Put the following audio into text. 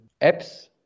apps